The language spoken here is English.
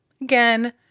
Again